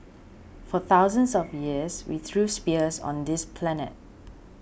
for thousands of years we threw spears on this planet